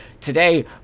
Today